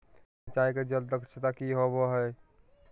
सिंचाई के जल दक्षता कि होवय हैय?